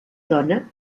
dona